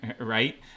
right